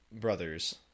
Brothers